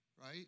right